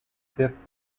fifth